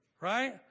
right